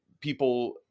people –